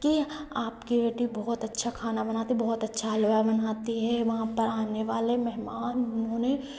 की आपकी बेटी बहोत अच्छा खाना बनाती है बहुत अच्छा हलवा बनाती है वहाँ पर आने वाले मेहमान भी उन्होंने